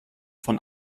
von